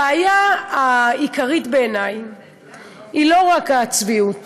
הבעיה העיקרית בעיני היא לא רק הצביעות